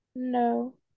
No